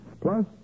plus